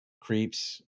creeps